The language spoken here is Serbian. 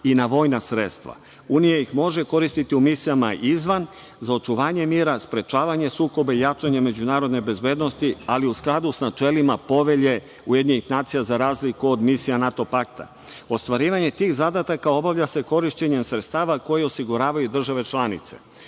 i vojna sredstva. Unija ih može koristiti u misija izvan, za očuvanje mira, sprečavanje sukoba i jačanje međunarodne bezbednosti, ali u skladu sa načelima Povelje UN za razliku od misija NATO pakta. Ostvarivanje tih zadataka obavlja se korišćenjem sredstava koji osiguravaju države članice.